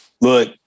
Look